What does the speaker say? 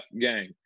gang